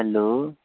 hello